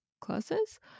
classes